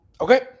Okay